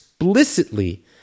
Explicitly